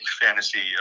fantasy